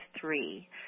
three